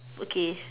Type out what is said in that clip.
okay